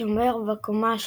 שומר בקומה השלישית.